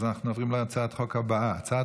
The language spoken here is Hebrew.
אנחנו עוברים להצעת החוק הבאה: הצעת